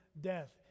death